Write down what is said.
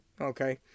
okay